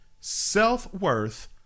self-worth